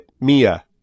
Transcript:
mia